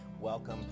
welcome